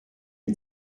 une